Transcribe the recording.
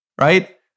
right